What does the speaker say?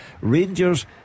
Rangers